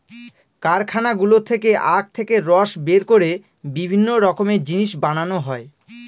কারখানাগুলো থেকে আখ থেকে রস বের করে বিভিন্ন রকমের জিনিস বানানো হয়